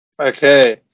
Okay